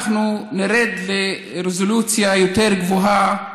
אנחנו נרד, רזולוציה יותר גבוהה,